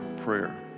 prayer